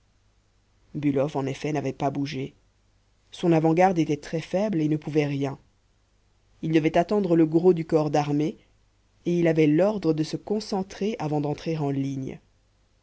bülow en effet n'avait pas bougé son avant-garde était très faible et ne pouvait rien il devait attendre le gros du corps d'armée et il avait l'ordre de se concentrer avant d'entrer en ligne